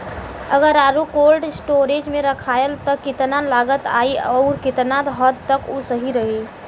अगर आलू cold storage में रखायल त कितना लागत आई अउर कितना हद तक उ सही रही?